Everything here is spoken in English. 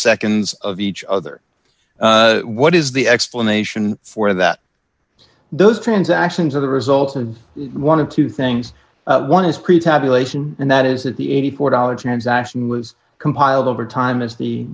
seconds of each other what is the explanation for that those transactions are the result of one of two things one is create tabulation and that is that the eighty four dollars transaction was compiled over time as the